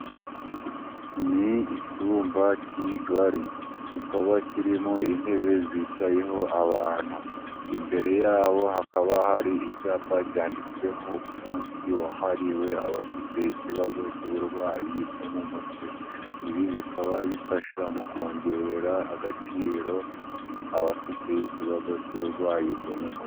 Ni icyumba kigari, kikaba kirimo intebe zicayeho abantu, imbere yabo hakaba hari icyapa cyanditsweho umunsi wahariwe abafite ikibazo cy'uburwayi bwo mu mutwe, ibi bikaba bifasha mu kongerera agaciro abafite ikibazo cy'uburwayi bwo mu mutwe.